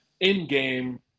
in-game